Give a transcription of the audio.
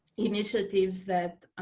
initiatives that